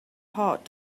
heart